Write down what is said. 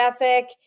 ethic